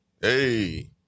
hey